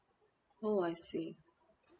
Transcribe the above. oh I see